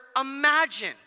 imagine